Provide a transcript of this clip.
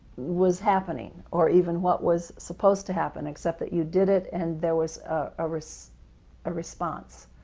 was happening, or even what was supposed to happen, except that you did it and there was ah was a response.